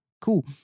cool